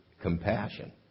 compassion